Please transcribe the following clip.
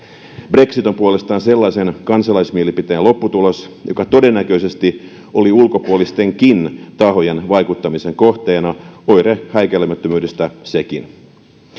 brexit on puolestaan sellaisen kansalaismielipiteen lopputulos joka todennäköisesti oli ulkopuolistenkin tahojen vaikuttamisen kohteena oire häikäilemättömyydestä sekin